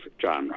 genre